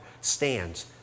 stands